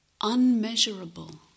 unmeasurable